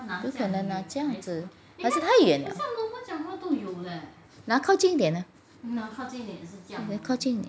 有可能拿这样子还是太远了拿靠近一点